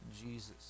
Jesus